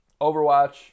Overwatch